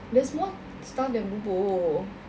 there's more stuff than bubur